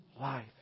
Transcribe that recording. life